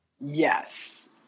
yes